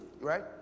right